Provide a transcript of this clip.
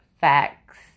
facts